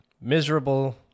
miserable